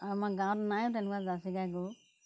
আৰু আমাৰ গাঁৱত নায়ো তেনেকুৱা জাৰ্চি গাই গৰু